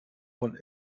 von